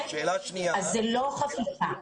אז זאת לא חפיפה.